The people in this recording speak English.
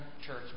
church